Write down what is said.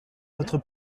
notre